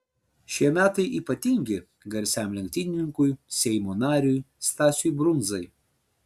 šie metai ypatingi garsiam lenktynininkui seimo nariui stasiui brundzai